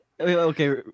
Okay